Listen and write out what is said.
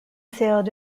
sailed